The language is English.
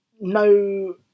no